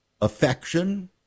affection